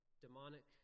demonic